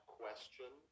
question